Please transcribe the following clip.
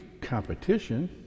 competition